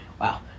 wow